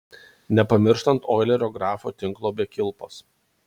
nepamirštant oilerio grafo tinklo be kilpos